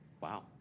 Wow